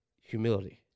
humility